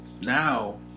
now